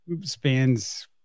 spans